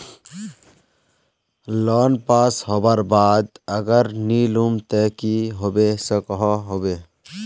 Loan पास होबार बाद अगर नी लुम ते की होबे सकोहो होबे?